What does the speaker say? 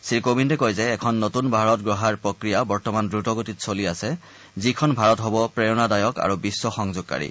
শ্ৰীকোবিন্দে কয় যে এখন নতুন ভাৰত গঢ়াৰ প্ৰক্ৰিয়া বৰ্তমান দ্ৰুত গতিত চলি আছে যিখন ভাৰত হ'ব প্ৰেৰণাদায়ক আৰু বিশ্ব সংযোগকাৰী